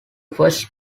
first